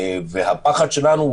הפחד שלנו,